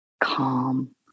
calm